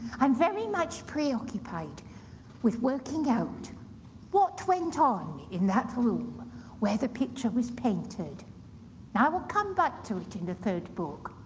i'm very much preoccupied with working out what went on in that room where the picture was painted. and i will come back to it in the third book.